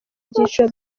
byiciro